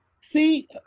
See